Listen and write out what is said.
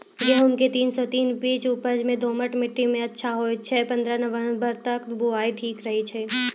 गेहूँम के तीन सौ तीन बीज उपज मे दोमट मिट्टी मे अच्छा होय छै, पन्द्रह नवंबर तक बुआई ठीक रहै छै